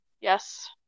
yes